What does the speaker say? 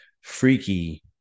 freaky